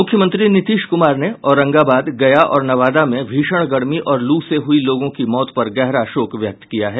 मुख्यमंत्री नीतीश कुमार ने औरंगाबाद गया और नवादा में भीषण गर्मी और लू से हुयी लोगों की मौत पर गहरा शोक व्यक्त किया है